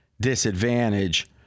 disadvantage